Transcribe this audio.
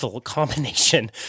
combination